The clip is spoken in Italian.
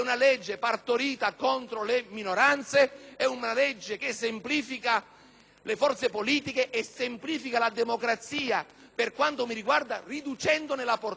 le forze politiche e semplifica la democrazia, per quanto mi riguarda riducendone la portata. Signora Presidente, in conclusione, noi abbiamo una proposta che